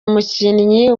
umukinnyi